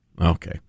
Okay